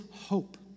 hope